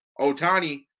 Otani